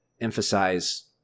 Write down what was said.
emphasize